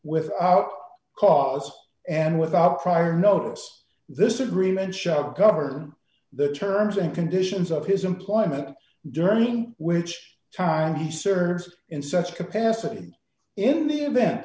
without cause and without prior notice this agreement shall govern the terms and conditions of his employment during which time he serves in such capacity and in the event